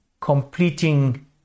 completing